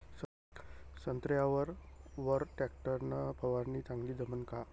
संत्र्यावर वर टॅक्टर न फवारनी चांगली जमन का?